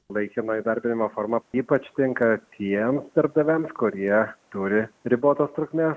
laikino įdarbinimo forma ypač tinka tiems darbdaviams kurie turi ribotos trukmės